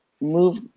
move